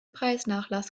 preisnachlass